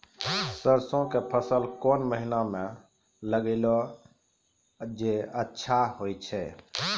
सरसों के फसल कोन महिना म लगैला सऽ अच्छा होय छै?